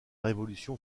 révolution